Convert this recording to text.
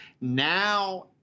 Now